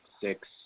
six